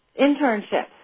internships